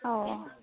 ᱚᱸᱻ